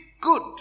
good